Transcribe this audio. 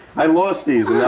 i lost these. yeah